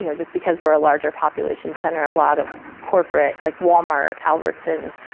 you know just because we're a larger population center, a lot of corporate, like wal-mart, albertsons,